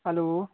hello